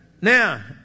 now